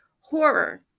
horror